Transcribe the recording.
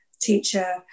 teacher